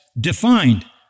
defined